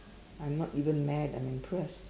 I'm not even mad I'm impressed